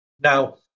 Now